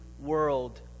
world